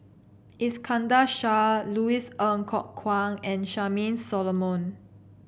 Iskandar Shah Louis Ng Kok Kwang and Charmaine Solomon